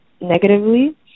negatively